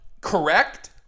correct